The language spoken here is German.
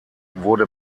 wurde